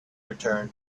return